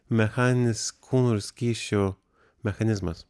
mechaninis kūno ir skysčių mechanizmas